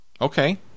Okay